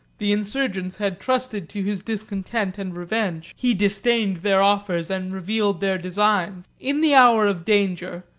the insurgents had trusted to his discontent and revenge he disdained their offers and revealed their designs. in the hour of danger,